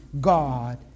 God